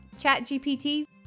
ChatGPT